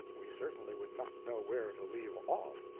we certainly would not know where to leave off.